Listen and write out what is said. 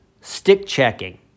stick-checking